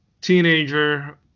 teenager